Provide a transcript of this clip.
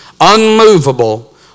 unmovable